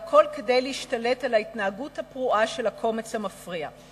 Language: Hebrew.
והכול כדי להשתלט על ההתנהגות הפרועה של הקומץ המפריע.